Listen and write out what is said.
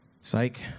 Psych